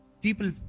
people